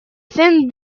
thin